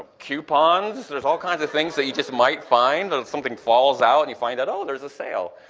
cupons, there's all kinds of things that you just might find, something falls out and you find out oh, there's a sale!